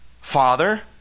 father